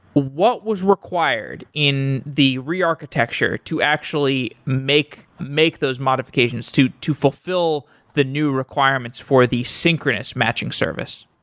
what was required in the re-architecture, to actually make make those modifications to to fulfil the new requirements for the synchronous matching service?